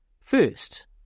first